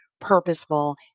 purposeful